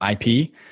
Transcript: IP